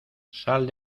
sal